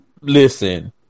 Listen